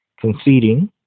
conceding